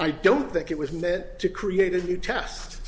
i don't think it was meant to create a new